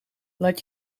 laat